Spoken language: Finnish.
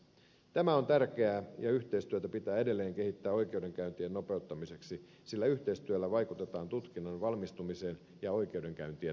tämä on tärkeää ja yhteistyötä pitää edelleen kehittää oikeudenkäyntien nopeuttamiseksi sillä yhteistyöllä vaikutetaan tutkinnan valmistumiseen ja oikeudenkäyntien nopeutumiseen